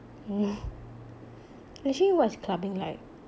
actually what's clubbing like